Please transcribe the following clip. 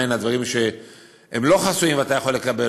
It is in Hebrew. מהם הדברים שהם לא חסויים ואתה יכול לקבל,